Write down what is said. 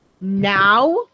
Now